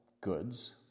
goods